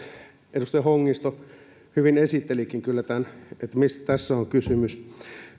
edustaja hongisto hyvin esittelikin kyllä tämän mistä tässä on kysymys